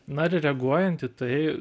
na ir reaguojant į tai